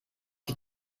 die